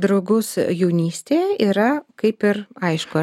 draugus jaunystėje yra kaip ir aišku